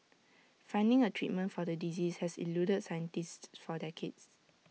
finding A treatment for the disease has eluded scientists for decades